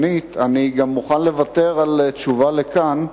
שנית, אני גם מוכן לוותר על תשובה כאן.